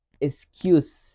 excuse